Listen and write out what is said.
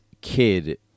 kid